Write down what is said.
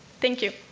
thank you.